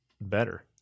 better